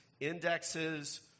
indexes